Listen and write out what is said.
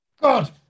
God